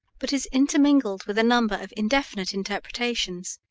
but is intermingled with a number of indefinite interpretations,